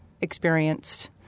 experienced